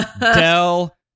Dell